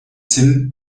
sinn